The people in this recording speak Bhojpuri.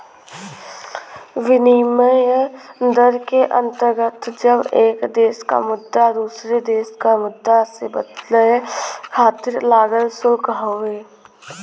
विनिमय दर के अंतर्गत जब एक देश क मुद्रा दूसरे देश क मुद्रा से बदले खातिर लागल शुल्क हउवे